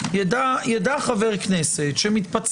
תמני 3 שרים.